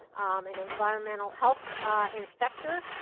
an environmental health inspector.